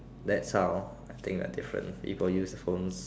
that's how I think they are different people use their phones